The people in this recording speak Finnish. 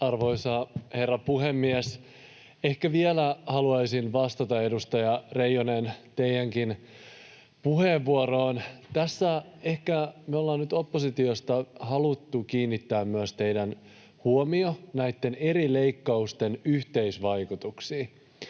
Arvoisa herra puhemies! Ehkä vielä haluaisin vastata, edustaja Reijonen, teidänkin puheenvuoroonne. Me ollaan nyt oppositiosta haluttu kiinnittää myös teidän huomionne näitten eri leikkausten yhteisvaikutuksiin.